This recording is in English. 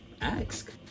ask